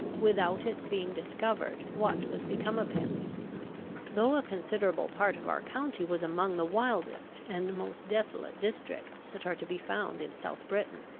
without its being discovered what was become of him though a considerable part of our county was among the wildest and most desolate districts that are to be found in south britain.